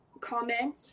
comment